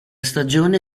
stagione